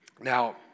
Now